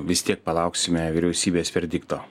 vis tiek palauksime vyriausybės verdikto